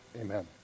amen